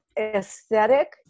aesthetic